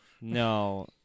no